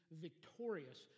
victorious